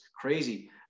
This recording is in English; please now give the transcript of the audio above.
crazy